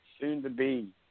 soon-to-be